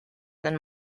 than